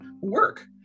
work